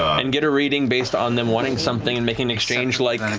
and get a reading based on them wanting something and making an exchange like